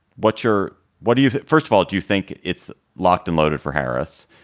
what's your what do you first of all, do you think it's locked and loaded for harris?